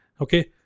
Okay